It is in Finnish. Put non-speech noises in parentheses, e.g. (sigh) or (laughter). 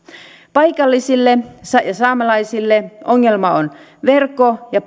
paikallisille saamelaisille ongelma ovat verkko ja (unintelligible)